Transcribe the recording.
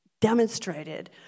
demonstrated